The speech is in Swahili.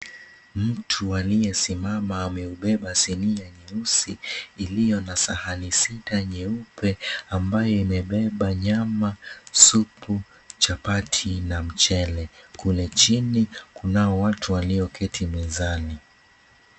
Mtu aliyesimama ame𝑢beb𝑎 𝑠inia nyeusi iliyo na sahani sita nyeupe ambayo imebeba nyama, supu, chapati na 𝑚𝑐ℎ𝑒𝑙𝑒. 𝐾ule chini kunao watu walio keti mezani.